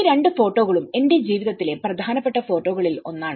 ഈ രണ്ട് ഫോട്ടോകളും എന്റെ ജീവിതത്തിലെ പ്രധാനപ്പെട്ട ഫോട്ടോകളിൽ ഒന്നാണ്